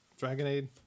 Dragonade